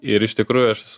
ir iš tikrųjų aš esu